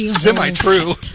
semi-true